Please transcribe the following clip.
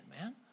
man